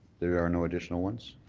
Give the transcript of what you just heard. there are no additional ones?